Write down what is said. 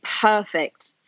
perfect